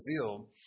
revealed